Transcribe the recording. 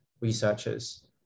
researchers